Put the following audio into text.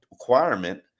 requirement